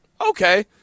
Okay